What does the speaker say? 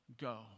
go